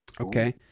okay